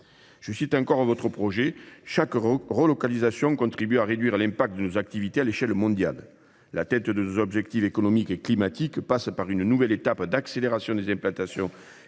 également indiqué ceci :« Chaque relocalisation contribue à réduire l'impact de nos activités à l'échelle mondiale. L'atteinte de nos objectifs économiques et climatiques passe par une nouvelle étape d'accélération des implantations